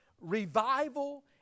revival